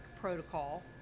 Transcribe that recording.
protocol